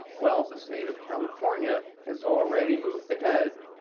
well, the state of california has already moved ahead